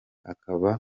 akaba